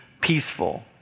peaceful